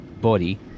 body